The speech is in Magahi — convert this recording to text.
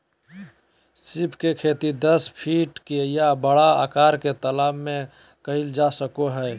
सीप के खेती दस फीट के या बड़ा आकार के तालाब में कइल जा सको हइ